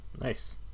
Nice